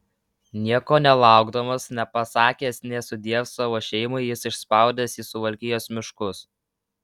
nieko nelaukdamas nepasakęs nė sudiev savo šeimai jis išspaudęs į suvalkijos miškus